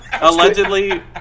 Allegedly